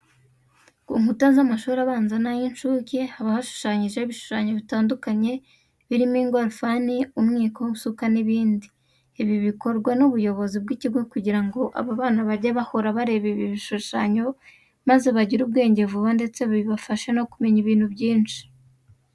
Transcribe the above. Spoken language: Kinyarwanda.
Ku nkuta z'amashuri abanza n'ay'incuke haba hashushanyijeho ibishushanyo bitandukanye birimo ingorofani, umwiko isuka n'ibindi. Ibi bikorwa n'ubuyobozi bw'ikigo kugira ngo aba bana bajye bahora bareba ibi bishushanyo maze bagire ubwenge vuba ndetse bibafashe no kumenya ibintu byinshi.